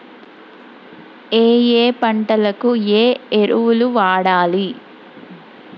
ఏయే పంటకు ఏ ఎరువులు వాడాలి?